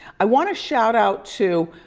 i wanna shout out to